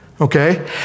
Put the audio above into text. okay